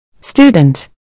Student